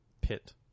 pit